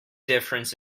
difference